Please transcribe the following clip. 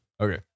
Okay